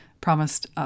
promised